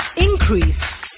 increase